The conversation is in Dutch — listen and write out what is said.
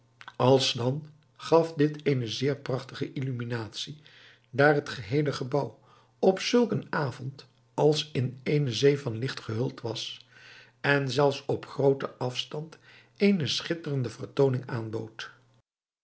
alsdan gaf dit eene zeer prachtige illuminatie daar het geheele gebouw op zulk een avond als in eene zee van licht gehuld was en zelfs op grooten afstand eene schitterende vertooning aanbood